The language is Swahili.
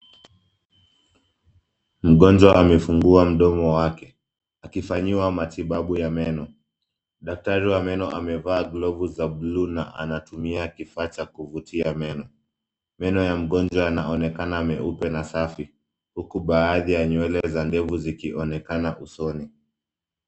Mgonjwa amefungua mdomo wake, akifanyiwa matibabu ya meno. Daktari wa meno amevaa glavu za bluu na anatumia kifaa cha kuvutia meno. Meno ya mgonjwa yanaonekana meupe na safi, huku baadhi ya nywele za ndevu zikionekana usoni.